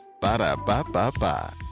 Ba-da-ba-ba-ba